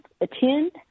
attend